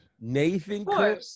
Nathan